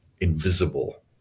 invisible